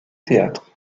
théâtre